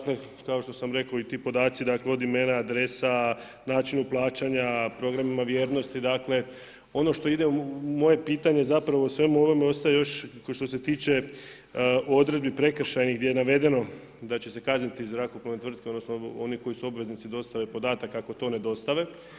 Kao što sam rekao i ti podaci od imena, adresa, načinu plaćanja, programima vrijednosti ono što ide moje pitanje u svemu ovome ostaje što se tiče odredbi prekršajnih gdje je navedeno da će se kazniti zrakoplovne tvrtke odnosno oni koji su obveznici dostave podataka ako to ne dostave.